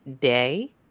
day